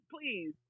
please